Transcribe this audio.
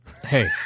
Hey